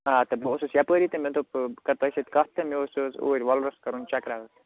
آ تہٕ بہٕ اوسُس یَپٲری تہٕ مےٚ دوٚپ بہٕ کَرٕ توہہِ سۭتۍ کَتھ تہٕ مےٚ اوس یہِ حظ اوٗرۍ وۅلرَس کَرُن چکرا حظ